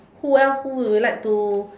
who else who would you like to